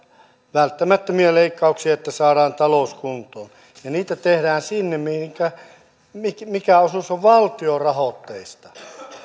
välttämättömiä leikkauksia että saadaan talous kuntoon ja niitä tehdään sinne minkä osuus on valtiorahoitteista